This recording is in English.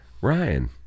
Ryan